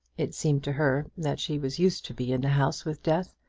it seemed to her that she was used to be in the house with death,